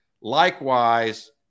Likewise